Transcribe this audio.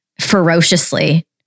ferociously